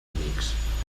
amics